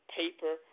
paper